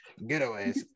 getaways